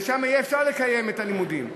שם יהיה אפשר לקיים את הלימודים.